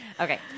Okay